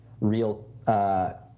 real